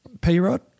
P-Rod